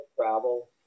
Travel